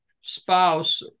spouse